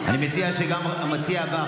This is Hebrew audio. אני מציע שגם המציע הבא,